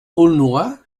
aulnois